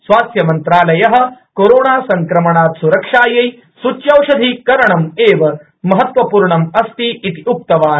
स्वास्थ्यमन्त्रालयः कोरोणासङ्क्रमणात् स्रक्षायै सूच्यौषधीकरणम् एव महत्वपूर्णम् अस्ति इति उक्तवान्